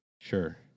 Sure